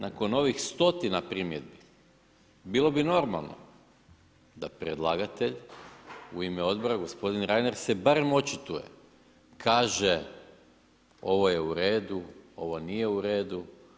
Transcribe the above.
Nakon ovih stotina primjedbi bilo bi normalno da predlagatelj u ime Odbora, gospodin Reiner se barem očituje, kaže ovo je u redu, ovo nije u redu.